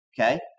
Okay